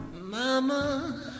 mama